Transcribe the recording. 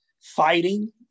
fighting